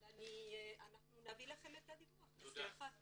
אבל אנחנו נביא לכם את הדיווח בשמחה.